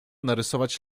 narysować